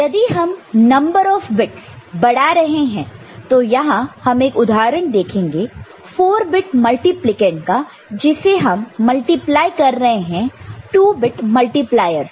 यदि हम number of bits बढ़ा रहे हैं तो यहां हम एक उदाहरण देखेंगे 4 बिट मल्टीप्लिकंड का जिसे हम मल्टीप्लाई कर रहे हैं 2 बिट मल्टीप्लेयर से